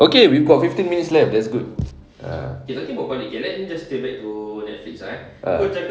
okay we've got fifteen minutes left that's good ah ah